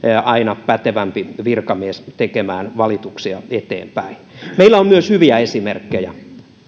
aina pätevämpi virkamies tekemään valituksia eteenpäin meillä on myös hyviä esimerkkejä